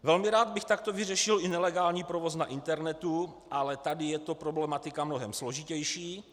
Velmi rád bych takto vyřešil i nelegální provoz na internetu, ale tady je to problematika mnohem složitější.